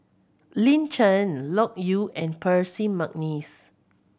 Lin Chen Loke Yew and Percy McNeice